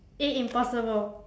eh impossible